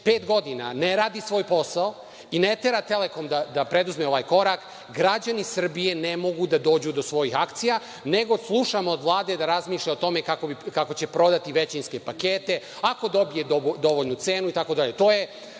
pet godina ne radi svoj posao i ne tera „Telekom“ da preduzme ovaj korak, građani Srbije ne mogu da dođu do svojih akcija, nego slušamo od Vlade da razmišlja o tome kako će prodati većinske pakete ako dobije dovoljnu cenu itd. To